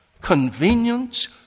Convenience